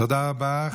תודה רבה.